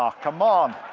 ah come on!